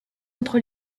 entre